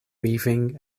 weaving